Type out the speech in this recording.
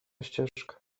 ścieżka